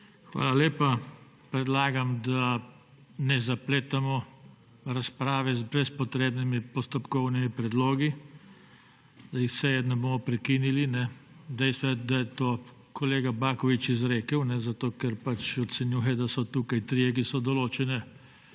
Hvala lepa. Predlagam, da ne zapletamo razprave z brezpotrebnimi postopkovnimi predlogi. Zdaj seje ne bomo prekinili. Dejstvo je, da je to kolega Baković izrekel, zato ker ocenjuje, da so tukaj trije, ki so določene